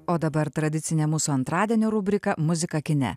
o dabar tradicinė mūsų antradienio rubrika muzika kine